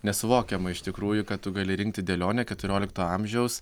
nesuvokiama iš tikrųjų kad tu gali rinkti dėlionę keturiolikto amžiaus